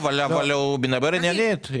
לא, אבל הוא מדבר עניינית.